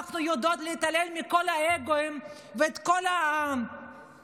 אנחנו יודעות להתעלם מכל האגו ומכל הדרגות.